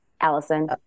Allison